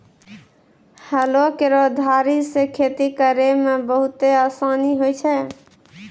हलो केरो धारी सें खेती करै म बहुते आसानी होय छै?